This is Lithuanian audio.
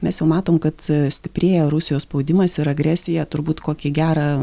mes jau matom kad stiprėja rusijos spaudimas ir agresija turbūt kokį gerą